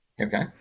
Okay